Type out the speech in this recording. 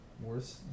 worse